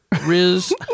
Riz